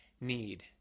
need